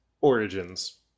origins